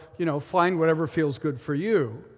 you know, find whatever feels good for you.